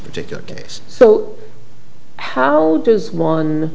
particular case so how does one